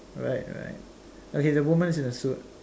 right right okay the woman's in a suit